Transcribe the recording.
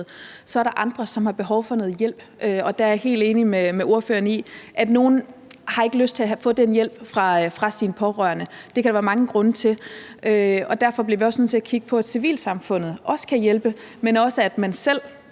Så er der andre, som har behov for noget hjælp, og der er jeg helt enig med ordføreren i, at nogle ikke har lyst til at få den hjælp fra deres pårørende. Det kan der være mange grunde til. Og derfor bliver vi nødt til at kigge på en mulighed for, at civilsamfundet også kan hjælpe, men også for, at man selv